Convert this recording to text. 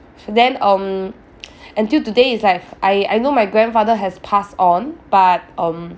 then um until today is like I I know my grandfather has passed on but um